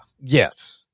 yes